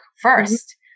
first